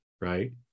Right